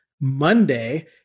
Monday